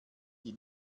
die